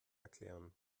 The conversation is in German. erklären